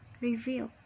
Reveal